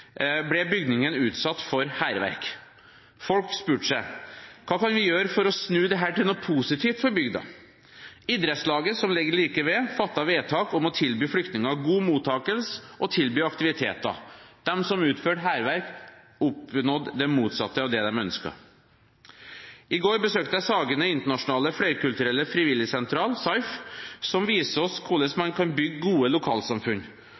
ble bygningen utsatt for hærverk. Folk spurte seg: Hva kan vi gjøre for å snu dette til noe positivt for bygda? Idrettslaget, som ligger like ved, fattet vedtak om å tilby flyktninger god mottakelse og tilby aktiviteter. De som utførte hærverk, oppnådde det motsatte av det de ønsket. I går besøkte jeg Sagene Internasjonale og Flerkulturelle Frivillighetssentral, Saiff, som viser oss hvordan man kan bygge gode lokalsamfunn.